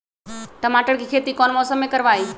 टमाटर की खेती कौन मौसम में करवाई?